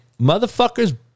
motherfuckers